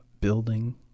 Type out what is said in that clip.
building